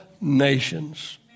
nations